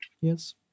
Yes